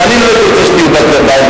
אני לא הייתי רוצה שתהיו באופוזיציה,